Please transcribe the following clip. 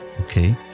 okay